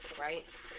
right